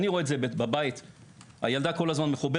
אני רואה את זה בבית הילדה כל הזמן מחוברת,